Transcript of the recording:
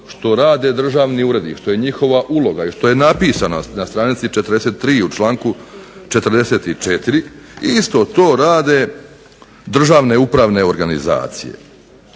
što rade državni ured i što je njihova uloga i što je napisano na stranici 43. u članku 44., isto to rade državne upravne organizacije,